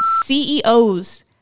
CEOs